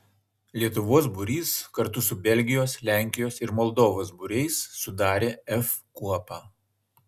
lietuvos būrys kartu su belgijos lenkijos ir moldovos būriais sudarė f kuopą